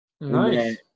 nice